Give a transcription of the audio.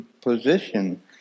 position